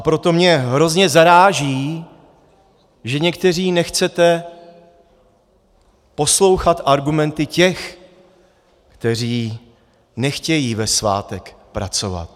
Proto mě hrozně zaráží, že někteří nechcete poslouchat argumenty těch, kteří nechtějí ve svátek pracovat.